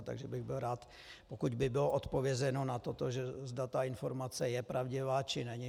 Takže bych byl rád, pokud by bylo odpovězeno na toto, zda ta informace je pravdivá, či není.